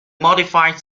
modified